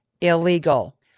illegal